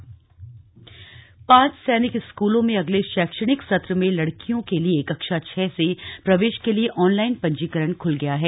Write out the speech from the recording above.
online पंजीकरण पांच सैनिक स्कूलों में अगले शैक्षणिक सत्र में लड़कियों के लिए कक्षा छह से प्रवेश के लिए ऑनलाइन पंजीकरण खुल गया है